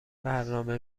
برنامه